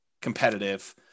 competitive